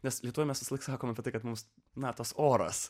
nes lietuvoje mes visąlaik sakoma kad tai kad mūsų natos oras